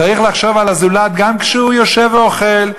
צריך לחשוב על הזולת גם כשהוא יושב ואוכל,